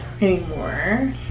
anymore